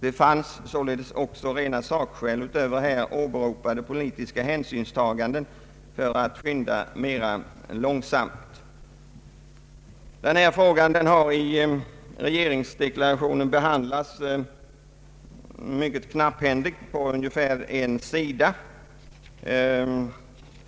Det fanns således också rena sakskäl, utöver här åberopade politiska hänsynstaganden, för att skynda mera långsamt. Denna fråga har i regeringsdeklarationen behandlats mycket knapphändigt, på ungefär en sida.